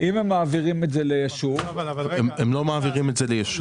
למה זה לא יכול לחכות חודש?